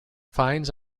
fines